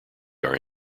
are